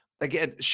Again